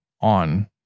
on